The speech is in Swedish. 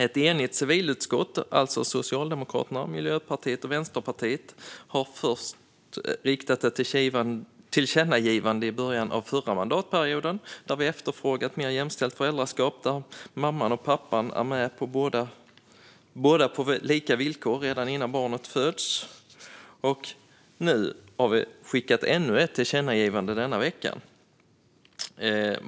Ett enigt civilutskott - alltså Socialdemokraterna, Miljöpartiet och Vänsterpartiet - gjorde först ett tillkännagivande i början av förra mandatperioden, där man efterfrågade ett mer jämställt föräldraskap där mamman och pappan är med på lika villkor redan innan barnet föds. Denna vecka har det gjorts ännu ett tillkännagivande.